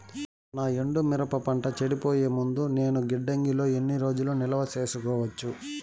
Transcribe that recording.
నా ఎండు మిరప పంట చెడిపోయే ముందు నేను గిడ్డంగి లో ఎన్ని రోజులు నిలువ సేసుకోవచ్చు?